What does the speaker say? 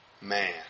Man